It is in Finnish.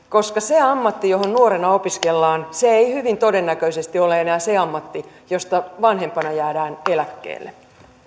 koska se ammatti johon nuorena opiskellaan ei hyvin todennäköisesti ole enää se ammatti josta vanhempana jäädään eläkkeelle